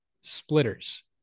splitters